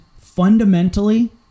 fundamentally